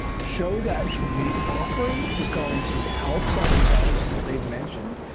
show that the offering is going to help solve the challenges that they've mentioned,